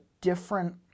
different